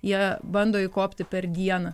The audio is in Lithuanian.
jie bando įkopti per dieną